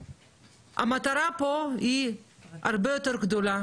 המטרה פה היא הרבה יותר גדולה